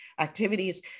activities